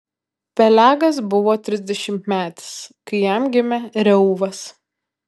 pelegas buvo trisdešimtmetis kai jam gimė reuvas